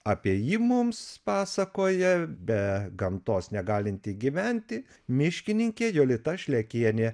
apie jį mums pasakoja be gamtos negalinti gyventi miškininkė jolita šlekienė